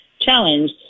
Challenge